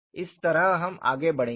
इस तरह हम आगे बढ़ेंगे